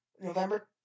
November